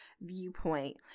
viewpoint